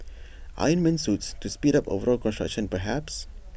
iron man suits to speed up overall construction perhaps